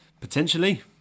Potentially